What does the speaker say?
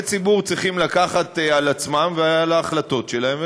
ציבור צריכים לקחת על עצמם ועל ההחלטות שלהם,